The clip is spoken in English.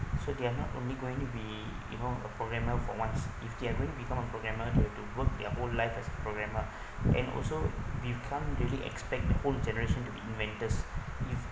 so they are not only going to be you know a programmer for once if they're going to become a programmer they have to work their whole life as programmer and also if you really expect the whole generation to inventor if